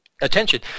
attention